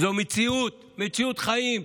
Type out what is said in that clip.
זו מציאות, מציאות חיים.